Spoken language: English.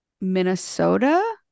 Minnesota